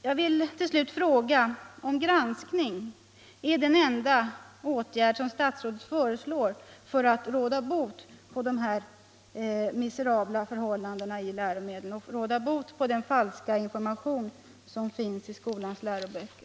Jag vill till slut fråga om granskning är den enda åtgärd som statsrådet föreslår för att råda bot på de här miserabla förhållandena i fråga om läromedlen och motverka den falska information som finns i skolans läroböcker.